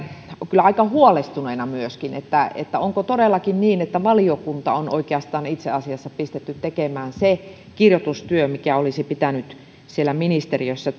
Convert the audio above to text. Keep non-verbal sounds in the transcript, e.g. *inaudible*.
kyllä myöskin aika huolestuneena siinä mielessä että onko todellakin niin että valiokunta on itse asiassa oikeastaan pistetty tekemään se kirjoitustyö mikä olisi pitänyt siellä ministeriössä *unintelligible*